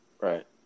Right